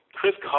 Chris